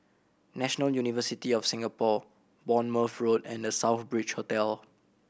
National University of Singapore Bournemouth Road and The Southbridge Hotel